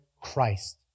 Christ